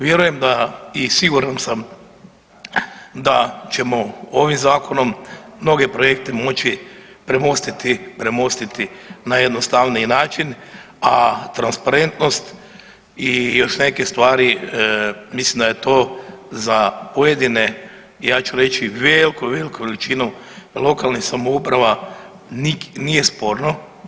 Vjerujem da i siguran sam da ćemo ovim zakonom mnoge projekte moći premostiti na jednostavniji način, a transparentnost i još neke stvari mislim da je to za pojedine ja ću reći veliku, veliku većinu lokalnih samouprava nije sporno.